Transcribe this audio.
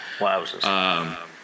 Wow